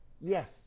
Yes